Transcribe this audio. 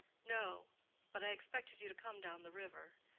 no but i expected you to come down the river.